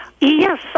Yes